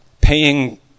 paying